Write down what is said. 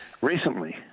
recently